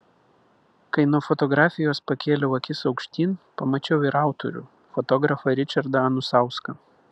kai nuo fotografijos pakėliau akis aukštyn pamačiau ir autorių fotografą ričardą anusauską